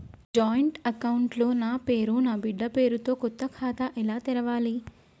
Joint account లో నా పేరు నా బిడ్డే పేరు తో కొత్త ఖాతా ఎలా తెరవాలి?